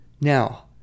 Now